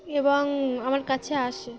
এবং আমার কাছে আসে